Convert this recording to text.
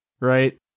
right